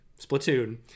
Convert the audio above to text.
Splatoon